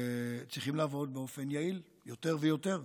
צריכים לעבוד באופן יעיל יותר ויותר.